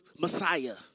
Messiah